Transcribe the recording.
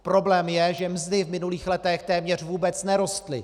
Problém je, že mzdy v minulých letech téměř vůbec nerostly.